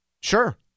Sure